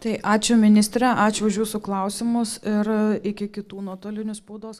tai ačiū ministre ačiū už jūsų klausimus ir iki kitų nuotolinių spaudos